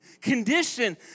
condition